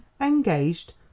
Engaged